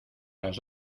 las